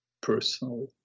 personally